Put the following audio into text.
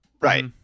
Right